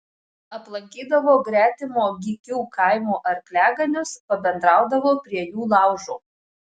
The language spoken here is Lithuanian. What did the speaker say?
aplankydavo gretimo gykių kaimo arkliaganius pabendraudavo prie jų laužo